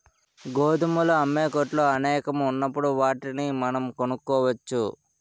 గోధుమలు అమ్మే కొట్లు అనేకం ఉన్నప్పుడు వాటిని మనం కొనుక్కోవచ్చు